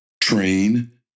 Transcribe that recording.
train